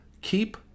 keep